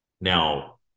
now